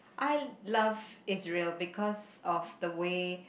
I love Israel because of the way